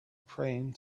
praying